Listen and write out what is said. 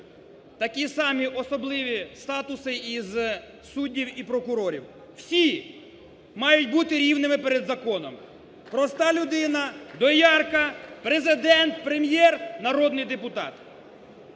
такі самі особливі статуси із суддів і прокурорів, всі мають бути рівними перед законом: проста людина, доярка, Президент, Прем'єр, народний депутат.